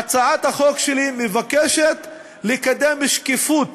בהצעת החוק שלי מוצע לקדם שקיפות